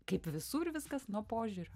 kaip visur viskas nuo požiūrio